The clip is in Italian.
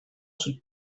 sul